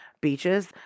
beaches